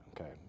okay